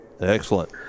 excellent